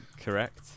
Correct